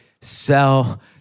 sell